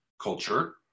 culture